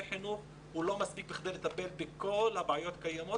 החינוך לא מספיק כדי לטפל בכל הבעיות שקיימות,